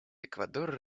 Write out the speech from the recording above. эквадор